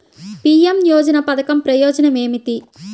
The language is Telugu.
పీ.ఎం యోజన పధకం ప్రయోజనం ఏమితి?